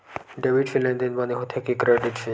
Debit से लेनदेन बने होथे कि क्रेडिट से?